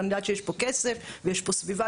אני יודעת שיש פה כסף ויש פה סביבה,